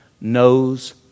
knows